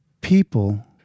People